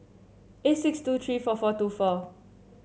eight six two three four four two four